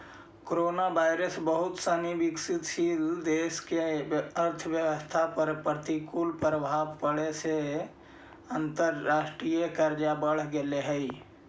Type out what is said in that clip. coronavirus बहुत सनी विकासशील देश के अर्थव्यवस्था पर प्रतिकूल प्रभाव पड़े से अंतर्राष्ट्रीय कर्ज बढ़ गेले हई